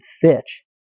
Fitch